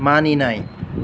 मानिनाय